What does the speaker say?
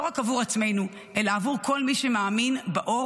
לא רק עבור עצמנו אלא עבור כל מי שמאמין באור,